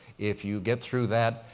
if you get through that,